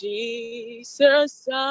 Jesus